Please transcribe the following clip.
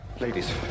Ladies